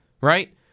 right